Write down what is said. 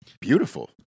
Beautiful